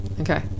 okay